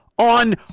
on